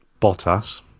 Bottas